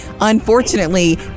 Unfortunately